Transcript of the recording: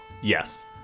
Yes